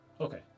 Okay